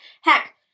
Heck